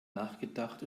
nachgedacht